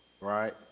right